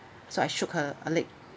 so I shook her her leg